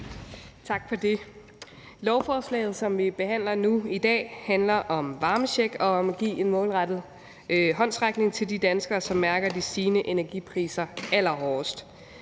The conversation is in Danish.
Tak for det. Lovforslaget, som vi behandler nu i dag, handler om varmecheck og om at give en målrettet håndsrækning til de danskere, som mærker de stigende energipriser allerhårdest.